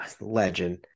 legend